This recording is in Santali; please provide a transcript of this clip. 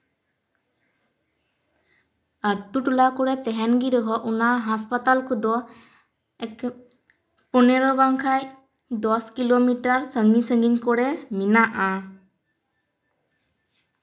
ᱟᱛᱩᱼᱴᱚᱞᱟ ᱠᱚᱨᱮ ᱛᱟᱦᱮᱱ ᱜᱮ ᱨᱮᱦᱚᱸ ᱚᱱᱟ ᱦᱟᱸᱥᱯᱟᱛᱟᱞ ᱠᱚᱫᱚ ᱮᱠᱮᱱ ᱯᱚᱱᱮᱨᱚ ᱵᱟᱝᱠᱷᱟᱱ ᱫᱚᱥ ᱠᱤᱞᱳᱢᱤᱴᱟᱨ ᱥᱟᱺᱜᱤᱧᱼᱥᱟᱺᱜᱤᱧ ᱠᱚᱨᱮ ᱢᱮᱱᱟᱜᱼᱟ